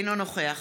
אינו נוכח